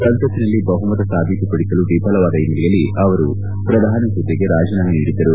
ಸಂಸತ್ತಿನಲ್ಲಿ ಬಹುಮತ ಸಾಬೀತುಪಡಿಸಲು ವಿಫಲವಾದ ಹಿನ್ನೆಲೆಯಲ್ಲಿ ಅವರು ಪ್ರಧಾನಿ ಹುದ್ದೆಗೆ ರಾಜೇನಾಮೆ ನೀಡಿದ್ದರು